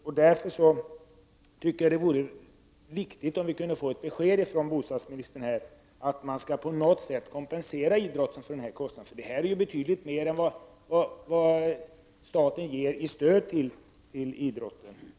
Jag tycker därför att det vore viktigt att här få ett besked från bostadsministern om att vi på något sätt skall kompensera idrottsrörelsen för kostnaderna. Det här är betydligt mer än vad staten totalt ger i stöd till idrottsrörelsen.